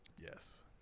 Yes